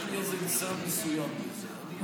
יש לי ניסיון מסוים בזה.